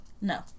No